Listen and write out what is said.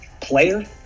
player